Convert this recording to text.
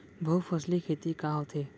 बहुफसली खेती का होथे?